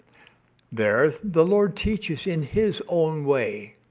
there the lord teaches in his own way.